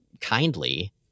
kindly